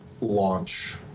launch